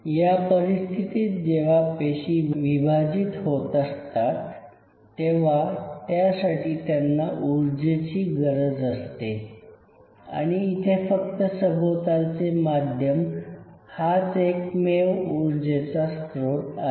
या परिस्थितीत जेव्हा पेशी विभाजित होत असतात तेव्हा त्यासाठी त्यांना ऊर्जेची गरज असते आणि इथे फक्त सभोवतालचे माध्यम हाच एकमेव उर्जेचा स्त्रोत आहे